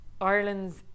Ireland's